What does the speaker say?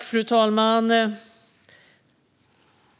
Fru talman!